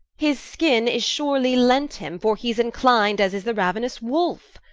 his skinne is surely lent him, for hee's enclin'd as is the rauenous wolues.